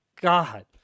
God